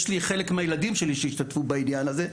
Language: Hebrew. יש לי חלק מהילדים שלי שהשתתפו באידיאל הזה.